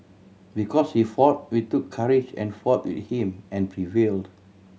because he fought we took courage and fought with him and prevailed